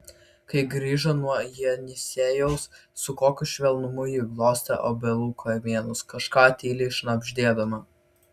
kai grįžo nuo jenisejaus su kokiu švelnumu ji glostė obelų kamienus kažką tyliai šnabždėdama